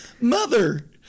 Mother